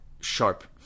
sharp –